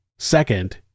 second